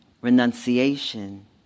renunciation